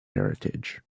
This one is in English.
heritage